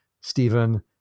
Stephen